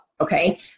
okay